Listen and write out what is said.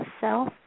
self